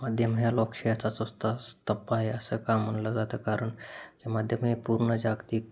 माध्यम हे लोकशाहीचा चौथा स्तंभ आहे असं का म्हणलं जातं कारण हे माध्यम हे पूर्ण जागतिक